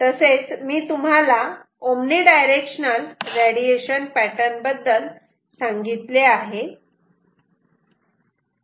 तसेच मी तुम्हाला ओमनी डायरेक्शनल रेडिएशन पॅटर्न बद्दल सांगितले आहे